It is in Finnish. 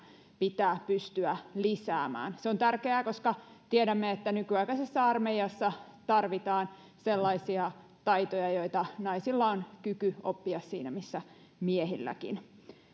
pitää pystyä lisäämään se on tärkeää koska tiedämme että nykyaikaisessa armeijassa tarvitaan sellaisia taitoja joita naisilla on kyky oppia siinä missä miehilläkin